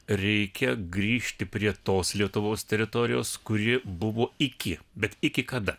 reikia grįžti prie tos lietuvos teritorijos kuri buvo iki bet iki kada